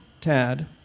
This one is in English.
Tad